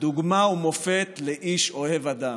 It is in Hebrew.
דוגמה ומופת לאיש אוהב אדם.